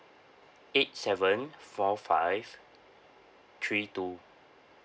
eight seven four five three two